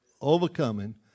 Overcoming